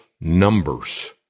numbers